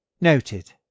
Noted